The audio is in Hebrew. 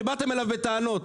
שבאתם אליו בטענות.